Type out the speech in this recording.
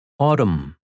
Autumn